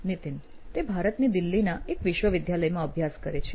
નીતિન તે ભારતની દિલ્હીના એક વિશ્વવિદ્યાલયમાં અભ્યાસ કરે છે